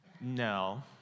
No